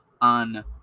on